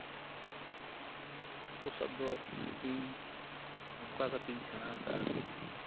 ᱦᱟᱠᱳ ᱥᱟᱵ ᱫᱚ ᱤᱧ ᱱᱚᱝᱠᱟ ᱠᱟᱛᱮ ᱤᱧ ᱥᱮᱬᱟ ᱟᱠᱟᱫᱟ